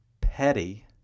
petty